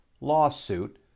lawsuit